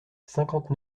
cinquante